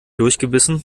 durchgebissen